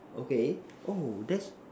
okay oh that's